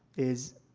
is,